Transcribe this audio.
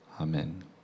Amen